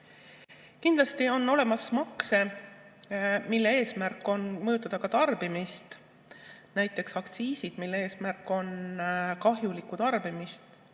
Kindlasti on olemas makse, mille eesmärk on mõjutada tarbimist. Näiteks aktsiiside eesmärk on kahjulikku tarbimist